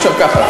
אי-אפשר ככה.